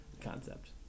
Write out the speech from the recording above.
concept